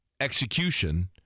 execution